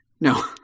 No